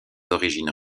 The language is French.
d’origine